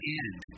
end